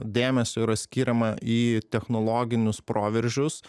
dėmesio yra skiriama į technologinius proveržius